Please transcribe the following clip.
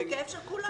זה כאב של כולנו.